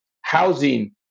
housing